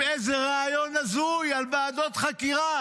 עם איזה רעיון הזוי על ועדות חקירה